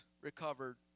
recovered